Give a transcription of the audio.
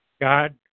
God